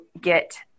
get